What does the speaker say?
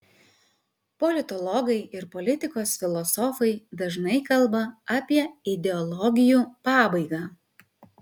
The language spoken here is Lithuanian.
politologai ir politikos filosofai dažnai kalba apie ideologijų pabaigą